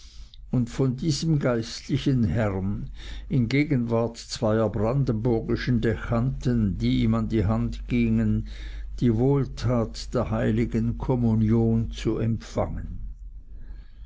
und von diesem geistlichen herrn in gegenwart zweier brandenburgischen dechanten die ihm an die hand gingen die wohltat der heiligen kommunion zu empfangen